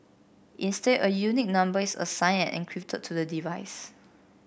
instead a unique number is assigned and encrypted to the device